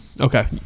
Okay